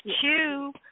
two